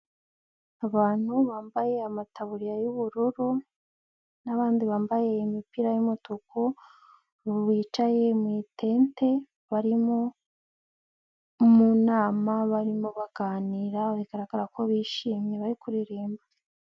Abantu bambaye amataburiya y'ubururu, n'abandi bambaye imipira y'umutuku, bicaye mu itente, bari mu nama, barimo baganira bigaragara ko bishimye bari kuririmba.